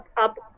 up